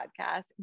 podcast